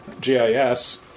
GIS